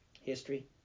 History